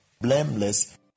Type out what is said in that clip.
blameless